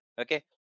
okay